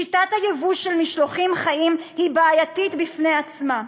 שיטת הייבוא של משלוחים חיים היא בעייתית בפני עצמה.